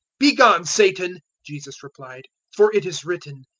begone, satan! jesus replied for it is written,